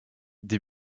des